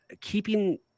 keeping